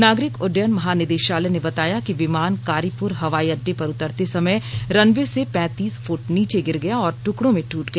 नागरिक उड्डयन महानिदेशालय ने बताया कि विमान कारीपुर हवाई अड्डे पर उतरते समय रनवे से पैंतीस फट नीचे गिर गया और टकडों में टट गया